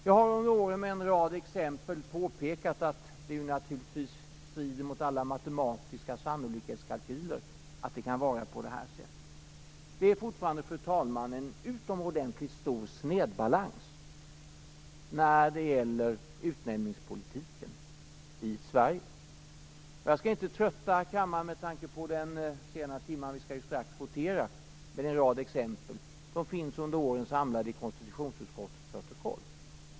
Jag har under åren med en rad exempel påpekat att det naturligtvis strider mot alla matematiska sannolikhetskalkyler att det kan vara på detta sätt. Det är, fru talman, fortfarande en utomordentligt stor snedbalans när det gäller utnämningspolitiken i Sverige. Med tanke på den sena timmen skall jag inte trötta kammaren med - vi skall ju strax votera - en rad exempel som under årens lopp har samlats i konstitutionsutskottets protokoll.